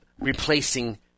replacing